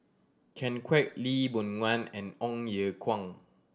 Ken Kwek Lee Boon Ngan and Ong Ye Kung